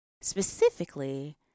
specifically